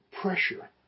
pressure